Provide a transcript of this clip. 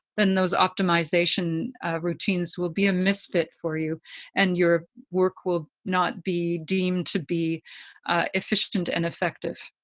then those optimization routines will be a misfit for you and your work will not be deemed to be efficient and effective.